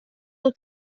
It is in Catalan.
del